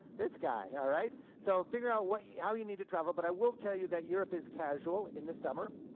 this guy, alright. so figure out what you how you need to travel, but i will tell you that europe is casual in the summer.